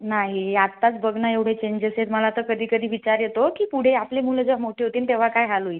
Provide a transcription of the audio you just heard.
नाही आत्ताच बघ ना एवढे चेंजेस आहेत मग आता कधी कधी विचार येतो की पुढे आपली मुलं जेव्हा मोठी होतील तेव्हा काय हाल होईल